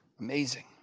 Amazing